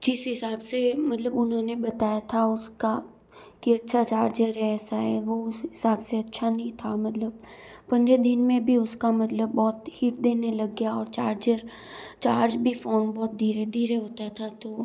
जिस हिसाब से मतलब उन्होंने बताया था उस का कि अच्छा चार्जर ऐसा है वो उस हिसाब से अच्छा नहीं था मतलब पंद्रह दिन में भी उस का मतलब बहुत हीट देने लग गया और चार्जर चार्ज भी फ़ोन बहुत धीरे धीरे होता था तो